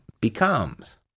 becomes